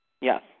Yes